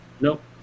Nope